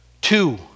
Two